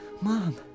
Mom